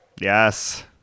Yes